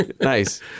Nice